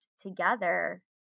together